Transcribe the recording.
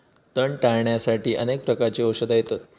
तण टाळ्याण्यासाठी अनेक प्रकारची औषधा येतत